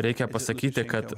reikia pasakyti kad